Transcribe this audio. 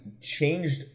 changed